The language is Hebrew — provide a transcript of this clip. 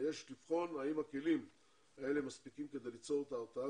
יש לבחון האם הכלים האלה מספיקים כדי ליצור את ההרתעה